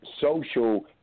social